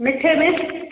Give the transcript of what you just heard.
मिठे में